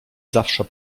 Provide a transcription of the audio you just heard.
zawsze